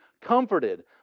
comforted